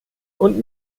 und